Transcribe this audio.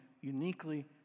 uniquely